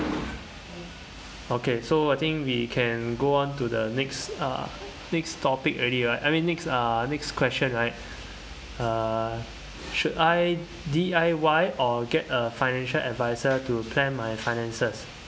okay so I think we can go on to the next uh next topic already right I mean next uh next question right uh should I D_I_Y or get a financial adviser to plan my finances